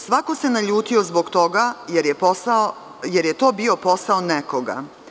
Svako se naljutio zbog toga jer je to bio posao nekoga.